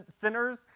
sinners